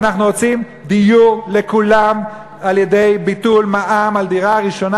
אנחנו רוצים דיור לכולם על-ידי ביטול מע"מ על דירה ראשונה